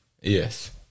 Yes